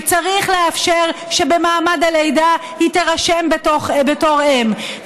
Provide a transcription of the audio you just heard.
וצריך לאפשר שבמעמד הלידה היא תירשם בתור אם.